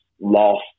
lost